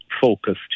focused